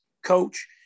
Coach